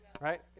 Right